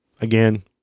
Again